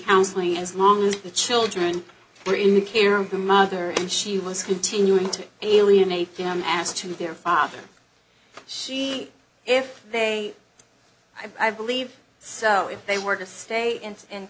counseling as long as the children were in the care of the mother and she was continuing to alienate them as to their father she if they i believe so if they were to stay in